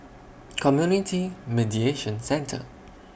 Community Mediation Centre